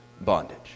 bondage